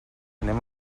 anem